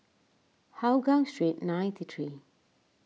Hougang Street ninety three